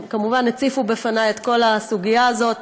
הם כמובן הציפו בפניי את כל הסוגיה הזאת.